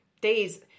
days